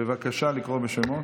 בבקשה לקרוא בשמות.